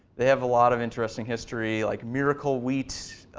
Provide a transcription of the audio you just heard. they have a lot of interesting history like miracle wheat,